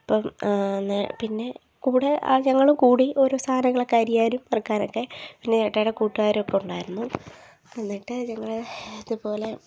അപ്പം ഞാൻ പിന്നെ കൂടെ ആ ഞങ്ങളും കൂടി ഓരോ സാധനങ്ങളൊക്കെ അരിയാനും വറക്കാനൊക്കെ പിന്നെ എട്ടായിയുടെ കൂട്ടുകാരൊക്കെ ഉണ്ടായിരുന്നു എന്നിട്ട് ഞങ്ങൾ ഇതുപോലെ